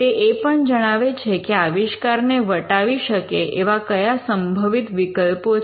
તે એ પણ જણાવે છે કે આવિષ્કારને વટાવી શકે એવા કયા સંભવિત વિકલ્પો છે